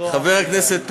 חבר הכנסת פרי,